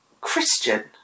Christian